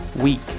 week